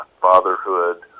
fatherhood